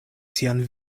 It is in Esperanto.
sian